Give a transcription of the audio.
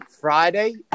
Friday